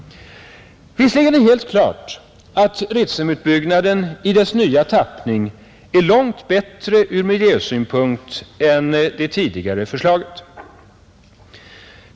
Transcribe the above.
Visserligen är det helt klart att Ritsemutbyggnaden i sin nya tappning är långt bättre ur miljösynpunkt än det tidigare förslaget.